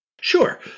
Sure